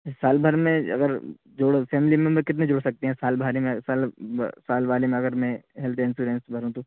سال بھر میں اگر جوڑو فیملی ممبر کتنے جڑ سکتے ہیں سال بھر میں سال سال والے میں اگر میں ہیلتھ انسورینس بھروں تو